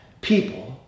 People